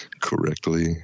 correctly